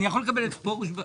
תבדוק את זה ותגיד לי עד מחר.